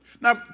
Now